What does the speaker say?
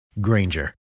Granger